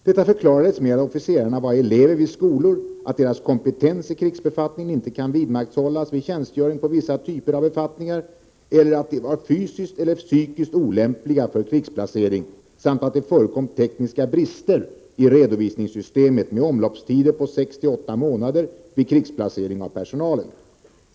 Detta förklaras med att officerarna var elever vid skolor, att deras kompetens i krigsbefattning inte kan vidmakthållas vid tjänstgöring på vissa typer av befattningar eller att de var fysiskt eller psykiskt olämpliga för krigsplacering samt att det förekom tekniska brister i redovisningssystemet, med omloppstider på 6-8 månader vid krigsplacering av personal.